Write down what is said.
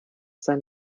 sein